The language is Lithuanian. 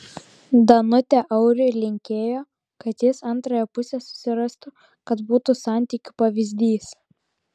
danutė auriui linkėjo kad jis antrąją pusę susirastų kad būtų santykių pavyzdys